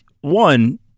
one